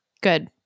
good